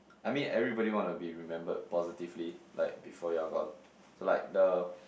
I mean everybody want to be remembered positively like before you're gone so like the